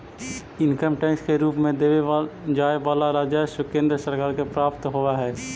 income tax के रूप में देवे जाए वाला राजस्व केंद्र सरकार के प्राप्त होव हई